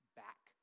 back